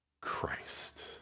Christ